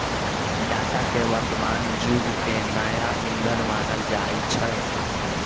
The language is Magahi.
डाटा के वर्तमान जुग के नया ईंधन मानल जाई छै